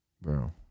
bro